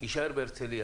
יישאר בהרצליה.